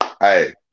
Hey